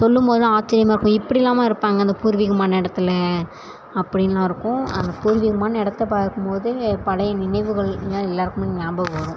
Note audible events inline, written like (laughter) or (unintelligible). சொல்லும் போதெல்லாம் ஆச்சரியமா இருக்கும் இப்படில்லாமா இருப்பாங்க இந்த பூர்வீகமான இடத்துல அப்படின்னுலாம் இருக்கும் அந்த பூர்வீகமான இடத்த பார்க்கும் போதே பழைய நினைவுகள் (unintelligible) எல்லோருக்குமே ஞாபகம் வரும்